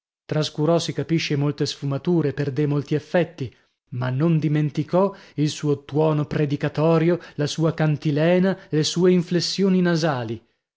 trascurò si capisce molte sfumature perdè molti effetti ma non dimenticò il suo tuono predicatorio la sua cantilena le sue inflessioni nasali